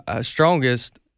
strongest